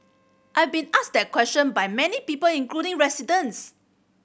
I've been asked that question by many people including residents